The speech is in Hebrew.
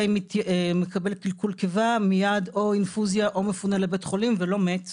אם מקבל קלקול קיבה מייד או אינפוזיה או מפונה לבית חולים ולא מת ב"ה,